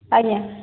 ଆଜ୍ଞା